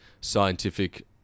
Scientific